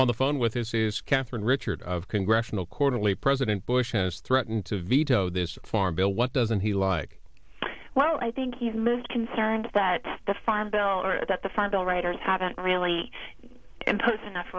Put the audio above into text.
on the phone with this is katherine richard of congressional quarterly president bush has threatened to veto this farm bill what doesn't he like well i think he's moved concerns that the farm bill that the farm bill writers haven't really imposed enough